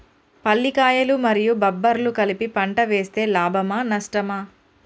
పల్లికాయలు మరియు బబ్బర్లు కలిపి పంట వేస్తే లాభమా? నష్టమా?